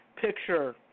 picture